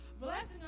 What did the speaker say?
blessing